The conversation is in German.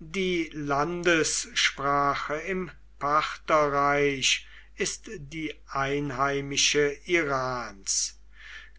die landessprache im partherreich ist die einheimische irans